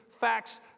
facts